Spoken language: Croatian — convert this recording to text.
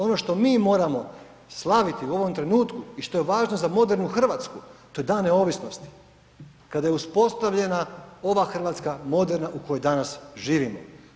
Ono što mi moramo slaviti u ovom trenutku i što je važno za modernu Hrvatsku, to je Dan neovisnosti, kada je uspostavljena ova Hrvatska, moderna u kojoj danas živimo.